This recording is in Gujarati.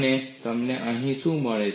અને તમને અહીં શું મળે છે